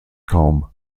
kaum